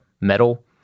metal